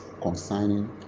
concerning